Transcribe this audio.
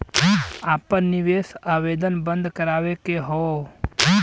आपन निवेश आवेदन बन्द करावे के हौ?